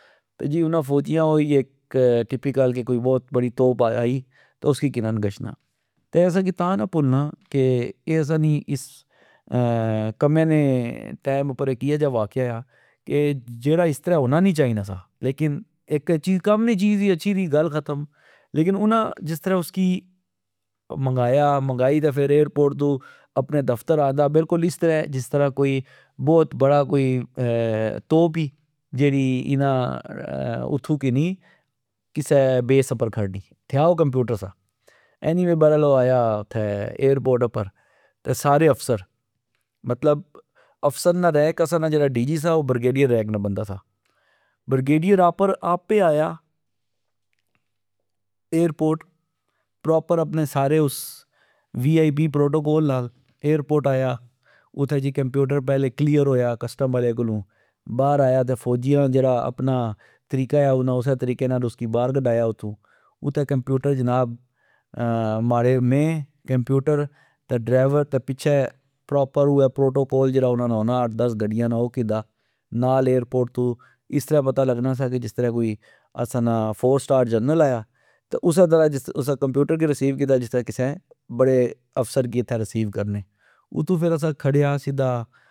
تہ انا جی فوجیا اے اک ٹیپیکل کہ بوت بڑی توپ آئی ۔اسکی کنن گچھنا تہ اسا کی تہ نا پلنااے اسا نی اس کمہ نے ٹئم اپر اک اییہ جا واقعیا آ ،کہ جیڑا استرہ ہونا نی چائی نا سا لیکن اے کم نی چیز سی اچھی سی گل ختم۔ لیکن انا جسلہ اسی منگایا ،منگائی تہ فر ایئر پورٹ تو اپنے دفتر آندا بلکل استرہ جسلہ بوت بڑا کوئی توپ ای جیڑی انا اتھو کنی کسہ بیس اپر کھڑنی تھیا او کمپیوٹر سا ۔اینی وے برل او آیا اتھہ ایئر پورٹ اپر تہ سارے افسر مطلب افسر نا رینک جیڑا اسا نا ڈی جی سا او بر گیڈیئر رینک نا بندا سا ۔برگیڈیئر آپے آیا ،ایئر پورٹ پراپر اپنے سارے اس وی آئی پی پروٹو کول نال ایئر پورٹ آیا ،اتھہ جی کمپیوٹر پہلے کلیئر ہویا ،کسٹم آلے کولو بار آیا تہ فوجیا جیڑا اپنا طریقا یا انا اسہ طریقے نال بار کڈایا اتھو۔ اتھہ کمپیوٹر جنا ب ماڑے میں کمپیوٹر ،تہ ڈرائور تہ پچھہ پرپر اوہہ پروٹوکول جیڑا ہونا اٹھ دس گڈیا نا او کندا نال ایئر پورٹ تو اسرہ پتا لگنا سا کہ جسترہ کوئی اسا نا فور سٹار جرنل آیا ،تہ اسہ ترہ کمپیوٹر کی رسیو کیتا جسرہ کسہ بڑے افسر کی اتھہ رسیو کرنے اتھو فر اسا کھڑیا سدا